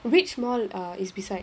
which mall err beside